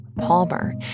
Palmer